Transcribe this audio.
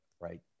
right